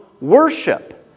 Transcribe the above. worship